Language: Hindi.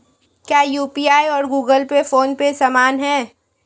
क्या यू.पी.आई और गूगल पे फोन पे समान हैं?